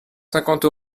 cinquante